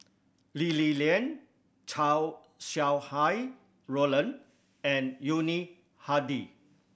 Lee Li Lian Chow Sau Hai Roland and Yuni Hadi